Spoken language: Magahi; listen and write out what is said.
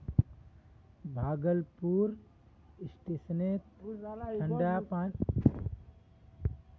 भागलपुर स्टेशनत ठंडा पानीर नामत यात्रि स लूट ह छेक